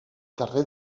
carrer